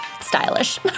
stylish